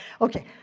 Okay